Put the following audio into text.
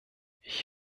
ich